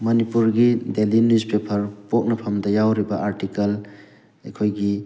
ꯃꯅꯤꯄꯨꯔꯒꯤ daily newspaper ꯄꯣꯛꯅꯐꯝꯗ ꯌꯥꯎꯔꯤꯕ ꯑꯥꯔꯇꯤꯀꯜ ꯑꯩꯈꯣꯏꯒꯤ